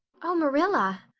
oh, marilla!